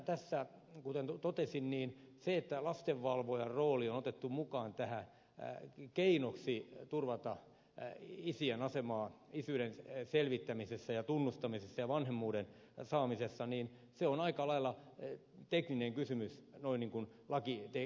tässä kuten totesin se että lastenvalvojan rooli on otettu mukaan tähän keinoksi turvata isien asemaa isyyden selvittämisessä ja tunnustamisessa ja vanhemmuuden saamisessa on aika lailla tekninen kysymys lakiteknisesti